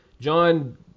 John